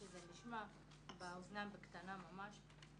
שזה נשמע באוזניים בקטנה ממש.